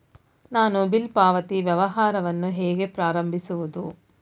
ನಾನು ಬಿಲ್ ಪಾವತಿ ವ್ಯವಹಾರವನ್ನು ಹೇಗೆ ಪ್ರಾರಂಭಿಸುವುದು?